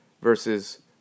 versus